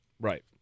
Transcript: Right